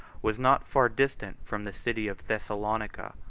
was not far distant from the city of thessalonica,